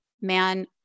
man